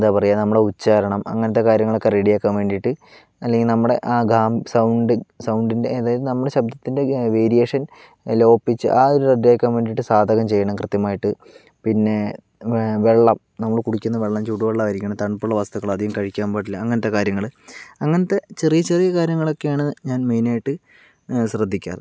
എന്താ പറയുക നമ്മള ഉച്ചാരണം അങ്ങനത്തെ കാര്യങ്ങളൊക്കെ റെഡി ആക്കാൻ വേണ്ടീട്ട് അല്ലെങ്കിൽ നമ്മുടെ ആ സൗണ്ട് സൗണ്ടിൻ്റെ അതായത് നമ്മുടെ ശബ്ദത്തിൻ്റെ വേരിയേഷൻ ലോ പിച്ച് ആ ഒരു റെഡി ആക്കാൻ വേണ്ടീട്ട് സാധകം ചെയ്യണം കൃത്യമായിട്ട് പിന്നെ വെള്ളം നമ്മള് കുടിക്കുന്ന വെള്ളം ചൂടുവെള്ളം ആയിരിക്കണം തണുപ്പുള്ള വസ്തുക്കൾ അധികം കഴിക്കാൻ പാടില്ല അങ്ങനത്തെ കാര്യങ്ങള് അങ്ങനത്തെ ചെറിയ ചെറിയ കാര്യങ്ങളൊക്കെയാണ് ഞാൻ മെയിനായിട്ട് ശ്രദ്ധിക്കാറ്